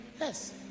Yes